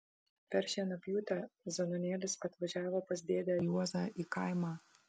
per šienapjūtę zenonėlis atvažiavo pas dėdę juozą į kaimą